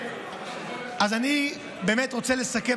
אני באמת רוצה לסכם,